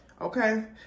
Okay